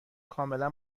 کاملا